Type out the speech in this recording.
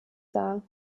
dar